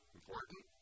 important